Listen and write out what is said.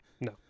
No